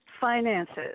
Finances